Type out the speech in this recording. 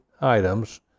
items